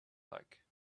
like